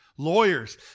Lawyers